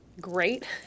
Great